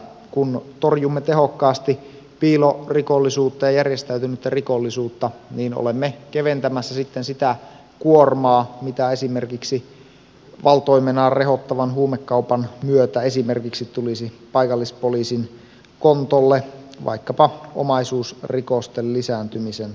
kun torjumme tehokkaasti piilorikollisuutta ja järjestäytynyttä rikollisuutta niin olemme keventämässä sitten sitä kuormaa mitä esimerkiksi valtoimenaan rehottavan huumekaupan myötä tulisi paikallispoliisin kontolle vaikkapa omaisuusrikosten lisääntymisen kautta